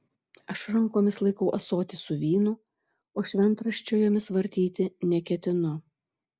aš rankomis laikau ąsotį su vynu o šventraščio jomis vartyti neketinu